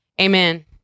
amen